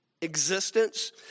existence